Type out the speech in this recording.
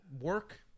work